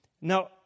Now